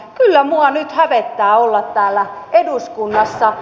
kyllä minua nyt hävettää olla täällä eduskunnassa